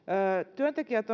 työntekijät